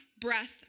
breath